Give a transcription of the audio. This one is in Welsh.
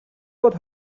bod